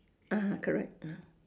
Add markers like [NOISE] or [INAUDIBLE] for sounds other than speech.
(uh huh) correct [BREATH]